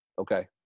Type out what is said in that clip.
Okay